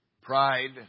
Pride